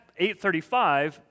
8.35